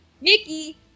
Mickey